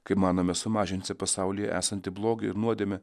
kai manome sumažinsi pasaulyje esantį blogį ir nuodėmę